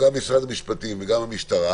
גם משרד המשפטים וגם המשטרה